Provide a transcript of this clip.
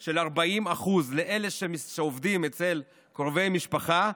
של 40% לאלה שעובדים אצל קרובי משפחה,